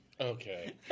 Okay